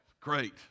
Great